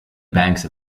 banks